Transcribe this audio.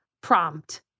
prompt